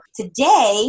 today